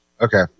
Okay